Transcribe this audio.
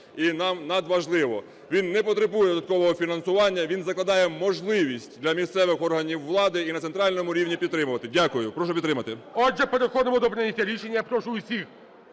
і нам надважливо. Він не потребує додаткового фінансування, він закладає можливість для місцевих органів влади і на центральному рівні підтримувати. Дякую. Прошу підтримати. ГОЛОВУЮЧИЙ. Отже, переходимо до прийняття рішення. Я прошу усіх